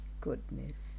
goodness